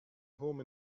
home